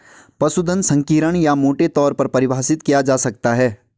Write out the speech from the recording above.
पशुधन संकीर्ण या मोटे तौर पर परिभाषित किया जा सकता है